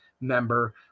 member